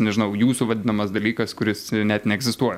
nežinau jūsų vadinamas dalykas kuris net neegzistuoja